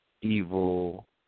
Evil